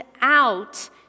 out